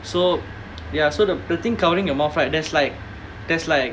so ya so the the thing covering your mouth right there's like there's like